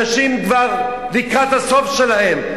אנשים כבר לקראת הסוף שלהם.